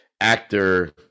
actor